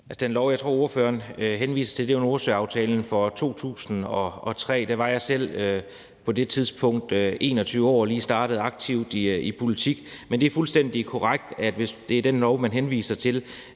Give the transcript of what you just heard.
Den lov, jeg tror ordføreren henviser til, er Nordsøaftalen for 2003. På det tidspunkt var jeg selv 21 år og lige startet aktivt i politik. Men det er fuldstændig korrekt, at i forhold til den lov – hvis det